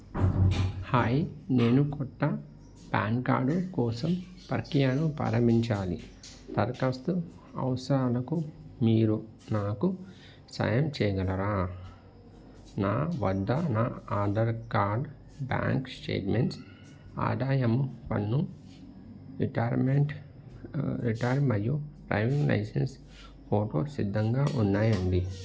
hi నేను కొత్త PAN card కోసం ప్రక్రియను ప్రారంభించాలి దరఖాస్తు అవసరాలకు మీరు నాకు సాయం చేయగలరా నా వద్ద నా ఆధార్ కార్డ్ బ్యాంక్ స్టేట్మెంట్స్ ఆదాయం పన్ను రిటార్మెంట్ రిటార్ మరియు డ్రైవింగ్ లైసెన్స్ ఫోటో సిద్ధంగా ఉన్నాయండి